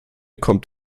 kommt